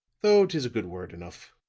though tis a good word enough.